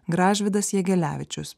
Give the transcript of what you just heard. gražvydas jegelevičius